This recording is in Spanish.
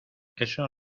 eso